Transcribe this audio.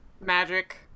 magic